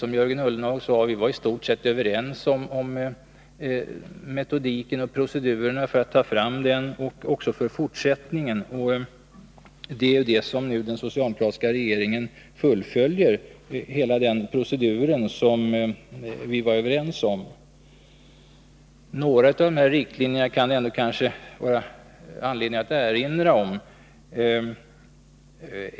Som Jörgen Ullenhag sade var vi i stort sett överens om metodiken och procedurerna för att ta fram den och också om fortsättningen. Den socialdemokratiska regeringen fullföljer nu hela den procedur som vi var överens om. Några av de här riktlinjerna kan det kanske ändå vara anledning att erinra om.